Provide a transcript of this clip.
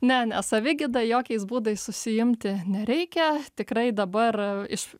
ne ne savigyda jokiais būdais užsiimti nereikia tikrai dabar iš